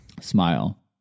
Smile